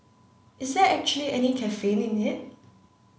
is there actually any caffeine in it